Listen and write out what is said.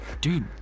dude